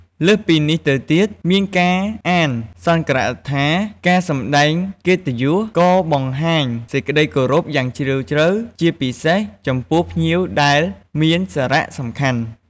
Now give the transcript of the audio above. លើសពីនេះទៅទៀត មានការអានសុន្ទរកថា ការសម្ដែងកិត្តិយស ក៏បង្ហាញសេចក្ដីគោរពយ៉ាងជ្រាលជ្រៅ ជាពិសេសចំពោះភ្ញៀវដែលមានសារៈសំខាន់។